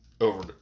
over